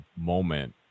moment